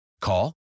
Call